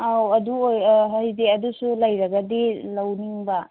ꯑꯥꯎ ꯑꯗꯨ ꯑꯣꯏ ꯍꯥꯏꯗꯤ ꯑꯗꯨꯁꯨ ꯂꯩꯔꯒꯗꯤ ꯂꯧꯅꯤꯡꯕ